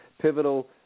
pivotal